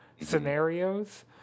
scenarios